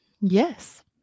Yes